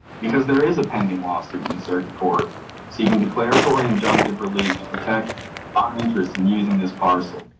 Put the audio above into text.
because there is a pending lawsuit in the circuit court seeking declaratory injunctive relief to protect our interests and using this parcel.